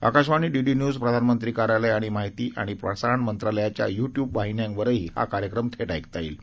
Akashvani DD news प्रधानमंत्री कार्यालय आणि महिती आणि प्रसारण मंत्रालयाच्या युट्यूब वाहिन्यांवरही हा कार्यक्रम थेट ऐकता येईल